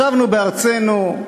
ישבנו בארצנו,